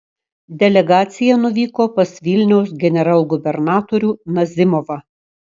delegacija nuvyko pas vilniaus generalgubernatorių nazimovą